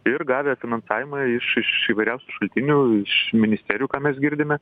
ir gavę finansavimą iš iš įvairiausių šaltinių iš ministerijų ką mes girdime